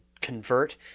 convert